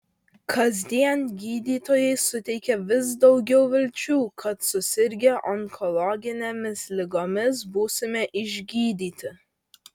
kasdien gydytojai suteikia vis daugiau vilčių kad susirgę onkologinėmis ligomis būsime išgydyti